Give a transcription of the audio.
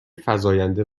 فزاینده